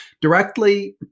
directly